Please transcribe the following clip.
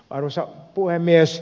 arvoisa puhemies